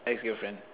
ex girlfriend